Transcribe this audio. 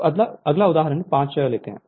तो अगला उदाहरण 5 है